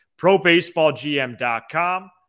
probaseballgm.com